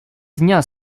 dnia